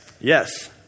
Yes